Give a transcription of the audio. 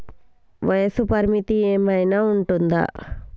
వయస్సు పరిమితి ఏమైనా ఉంటుందా?